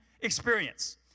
experience